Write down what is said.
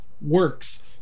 works